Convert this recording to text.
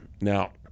now